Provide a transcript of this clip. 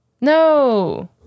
No